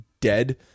dead